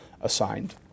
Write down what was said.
assigned